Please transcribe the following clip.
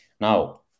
Now